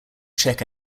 czech